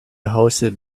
hosted